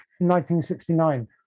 1969